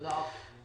תודה רבה.